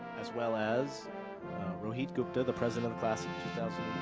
as well as rohit gupta, the president of the class of